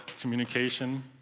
communication